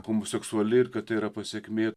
homoseksuali ir kad tai yra pasekmė